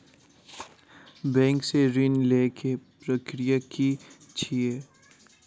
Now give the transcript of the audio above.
Bank सऽ ऋण लेय केँ प्रक्रिया की छीयै?